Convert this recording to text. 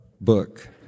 book